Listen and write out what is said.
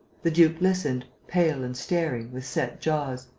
the duke listened, pale and staring, with set jaws.